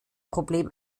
problem